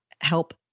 help